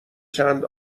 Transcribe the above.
چند